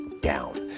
down